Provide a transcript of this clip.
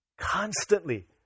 constantly